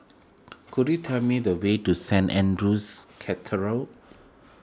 could you tell me the way to Saint andrew's